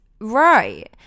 right